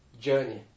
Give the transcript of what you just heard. journey